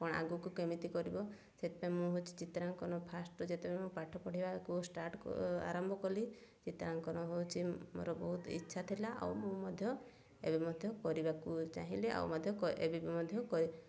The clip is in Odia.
କଣ ଆଗକୁ କେମିତି କରିବ ସେଥିପାଇଁ ମୁଁ ହେଉଛି ଚିତ୍ରାଙ୍କନ ଫାର୍ଷ୍ଟ୍ ଯେତେବେଳେ ମୁଁ ପାଠ ପଢ଼ିବାକୁ ଷ୍ଟାର୍ଟ ଆରମ୍ଭ କଲି ଚିତ୍ରାଙ୍କନ ହେଉଛି ମୋର ବହୁତ ଇଚ୍ଛା ଥିଲା ଆଉ ମୁଁ ମଧ୍ୟ ଏବେ ମଧ୍ୟ କରିବାକୁ ଚାହିଁଲି ଆଉ ମଧ୍ୟ ଏବେ ବି ମଧ୍ୟ